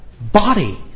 body